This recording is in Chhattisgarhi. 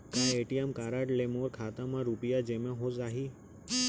का ए.टी.एम कारड ले मोर खाता म रुपिया जेमा हो जाही?